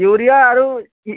urea ଆରୁ ଇ